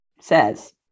says